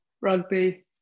rugby